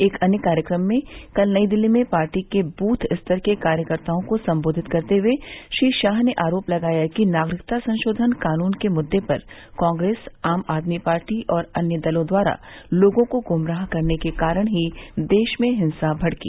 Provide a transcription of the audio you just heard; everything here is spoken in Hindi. एक अन्य कार्यक्रम में कल नई दिल्ली में पार्टी के बूथ स्तर के कार्यकर्ताओं को सम्बोधित करते हुए श्री शाह ने आरोप लगाया कि नागरिकता संशोधन कानून के मुद्दे पर कांग्रेस आम आदमी पार्टी और अन्य दलों द्वारा लोगों को गुमराह करने के कारण ही देश में हिंसा भड़की